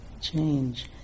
change